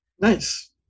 Nice